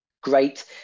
Great